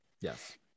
Yes